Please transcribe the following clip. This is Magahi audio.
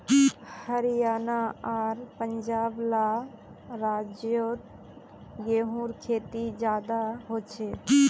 हरयाणा आर पंजाब ला राज्योत गेहूँर खेती ज्यादा होछे